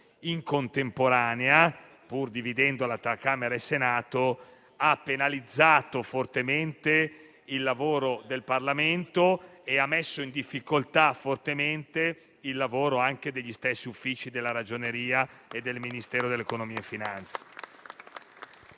in contemporanea, pur dividendoli tra Camera e Senato, ha penalizzato fortemente il lavoro del Parlamento e ha messo in difficoltà fortemente il lavoro degli stessi uffici della Ragioneria e del Ministero dell'economia e delle